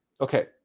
Okay